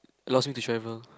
allows me to travel